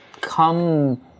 come